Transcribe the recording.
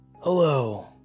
Hello